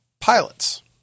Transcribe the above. pilots